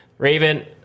Raven